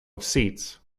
seats